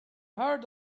heard